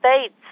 states